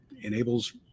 enables